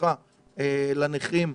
ומשפחה לנכים,